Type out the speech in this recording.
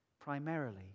primarily